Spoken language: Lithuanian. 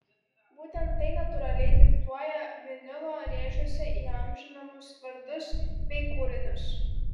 būtent tai natūraliai diktuoja vinilo rėžiuose įamžinamus vardus bei kūrinius